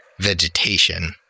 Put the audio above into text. vegetation